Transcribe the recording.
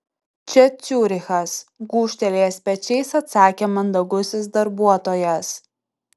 čia ciurichas gūžtelėjęs pečiais atsakė mandagusis darbuotojas